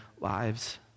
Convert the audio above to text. lives